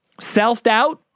self-doubt